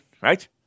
Right